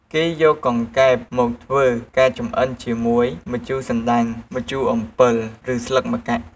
គេយកកង្កែបមកធ្វើការចំអិនជាមួយ ម្ជូរសណ្ដាន់ ម្ជូរអំពិល ឬស្លឹកម្កាក់់ ។